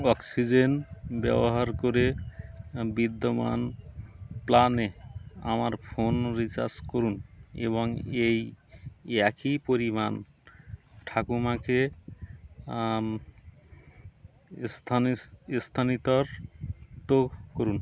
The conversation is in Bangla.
অক্সিজেন ব্যবহার করে বিদ্যমান প্ল্যানে আমার ফোন রিচার্জ করুন এবং এই একই পরিমাণ ঠাকুমাকে স্থানের স্থানান্তর তো করুন